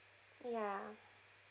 ya